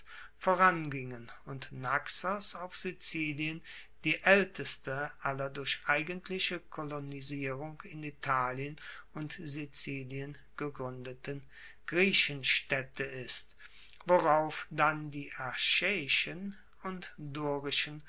vorangingen und naxos auf sizilien die aelteste aller durch eigentliche kolonisierung in italien und sizilien gegruendeten griechenstaedte ist worauf dann die achaeischen und